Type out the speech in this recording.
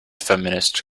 feminist